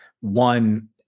one